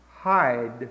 hide